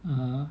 (uh huh)